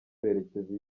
berekeza